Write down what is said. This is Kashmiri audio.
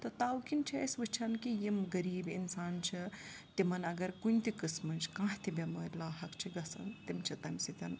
تہٕ تَوٕ کِنۍ چھِ أسۍ وٕچھان کہِ یِم غریٖب اِنسان چھِ تِمَن اگر کُنہِ تہِ قٕسمٕچ کانٛہہ تہِ بٮ۪مٲرۍ لاحق چھِ گَژھان تِم چھِ تَمہِ سۭتۍ